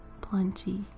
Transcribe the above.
plenty